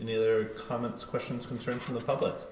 in their comments questions concern for the public